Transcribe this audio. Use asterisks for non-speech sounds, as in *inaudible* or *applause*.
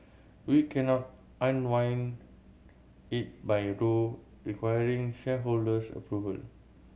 we cannot unwind it by *unintelligible* requiring shareholders approval